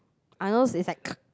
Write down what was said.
Arnold's is like